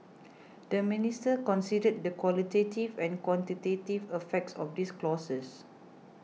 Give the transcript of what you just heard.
the minister considered the qualitative and quantitative effects of these clauses